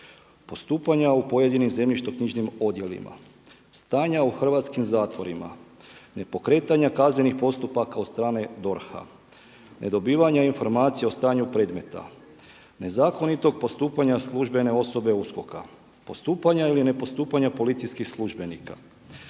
postupanja u pojedinim zemljišno-knjižnim odjelima, stanja u hrvatskim zatvorima, nepokretanja kaznenih postupaka od strane DORH-a, nedobivanja informacija o stanju predmeta, nezakonitog postupanja službene osobe USKOK-a, postupanja ili ne postupanja policijskih službenika,